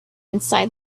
inside